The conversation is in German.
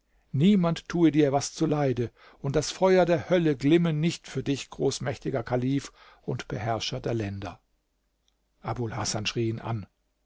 niemand tue dir was zuleide und das feuer der hölle glimme nicht für dich großmächtiger kalif und beherrscher der länder abul hasan schrie ihn an